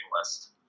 list